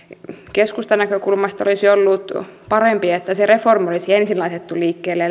keskustan näkökulmasta olisi ollut parempi että se reformi olisi ensin laitettu liikkeelle